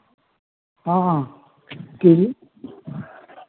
हँ कहियौ